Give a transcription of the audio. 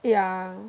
yeah